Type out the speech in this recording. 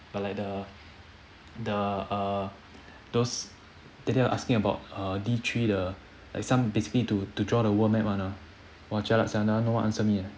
but like the the uh those that day I was asking about err D three the like some basically to to draw the world map [one] ah !wah! jialat sia that one no one answer me eh